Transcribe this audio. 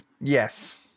Yes